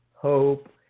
hope